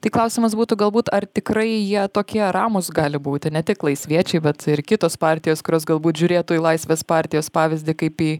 tai klausimas būtų galbūt ar tikrai jie tokie ramūs gali būti ne tik laisviečiai bet ir kitos partijos kurios galbūt žiūrėtų į laisvės partijos pavyzdį kaip į